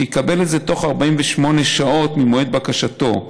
שיקבל את זה בתוך 48 שעות ממועד בקשתו.